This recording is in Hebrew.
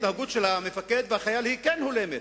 ההתנהגות של המפקד והחייל היא כן הולמת,